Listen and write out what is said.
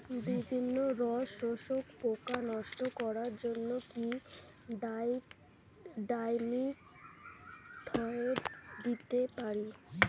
বিভিন্ন রস শোষক পোকা নষ্ট করার জন্য কি ডাইমিথোয়েট দিতে পারি?